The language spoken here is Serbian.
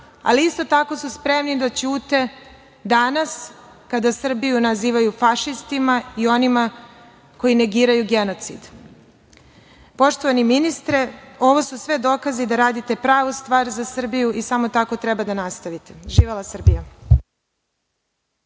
ali isto tako su spremni da ćute danas kada Srbiju nazivaju fašistima i onima koji negiraju genocid. Poštovani ministre, ovu su sve dokazi da radite pravu stvar za Srbiju i samo tako treba da nastavite. Živela Srbija?